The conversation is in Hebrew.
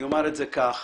אומר זאת כך,